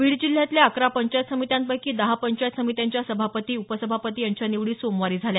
बीड जिल्ह्यातल्या अकरा पंचायत समित्यांपैकी दहा पंचायत समित्यांच्या सभापती उपसभापती यांच्या निवडी सोमवारी झाल्या